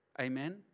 Amen